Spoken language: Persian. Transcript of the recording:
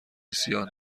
سیاه